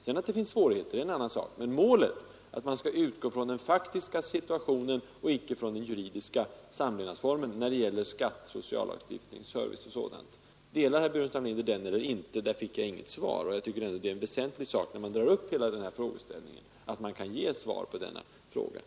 Att det sedan finns svårigheter är en annan sak. Men jag frågar alltså om herr Burenstam Linder delar uppfattningen att målsättningen skall vara att man utgår från den faktiska situationen och icke från den juridiska samlevnadsformen när det gäller skatteoch sociallagstiftning samt service och sådant. Det har jag inte fått något svar på, och jag tycker ändå det är väsentligt, när man drar upp hela denna frågeställning, att man också kan ge ett svar på den frågan.